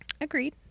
Agreed